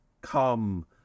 Come